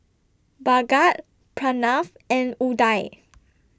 Bhagat Pranav and Udai